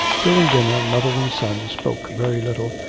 during dinner mother and son spoke very little,